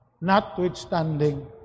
notwithstanding